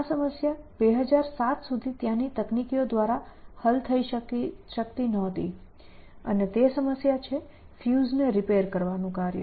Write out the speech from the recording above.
આ સમસ્યા 2007 સુધી ત્યાંની તકનીકીઓ દ્વારા હલ થઈ શકતી નહોતી અને તે સમસ્યા છે ફ્યુઝ ને રીપેર કરવાનું કાર્ય